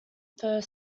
fur